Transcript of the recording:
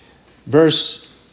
Verse